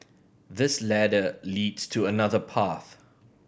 this ladder leads to another path